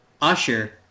Usher